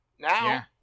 now